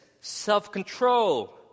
self-control